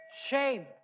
Shame